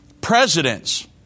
presidents